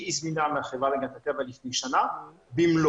הזמינה מהחברה להגנת הטבע לפני שנה במלואה,